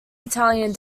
italian